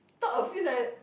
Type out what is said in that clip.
talk a few sentence